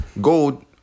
gold